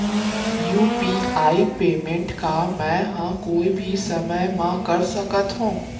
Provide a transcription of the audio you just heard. UPI payment का मैं ह कोई भी समय म कर सकत हो?